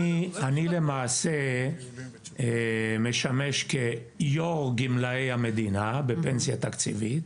אני למעשה משמש כיושב ראש גמלאי המדינה בפנסיה תקציבית